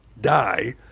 die